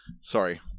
sorry